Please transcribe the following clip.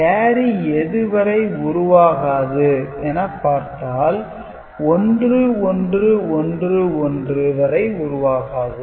carry எதுவரை உருவாகாது என பார்த்தால் 1111 வரை உருவாகாது